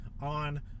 on